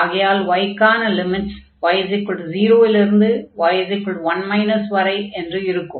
ஆகையால் y க்கான limits y0 இலிருந்து y1 x வரை என்று இருக்கும்